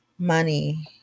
money